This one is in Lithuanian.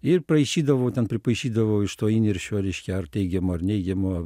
ir paišydavau ten pripaišydavau iš to įniršio reiškia ar teigiamo ar neigiamo